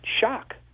shock